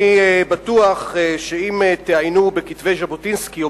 אני בטוח שאם תעיינו בכתבי ז'בוטינסקי או